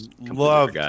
love